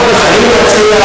שמענו אתכם,